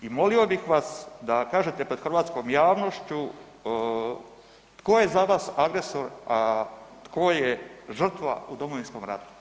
I molio bih vas da kažete pred hrvatskom javnošću tko je za vas agresor, a tko je žrtva u Domovinskom ratu?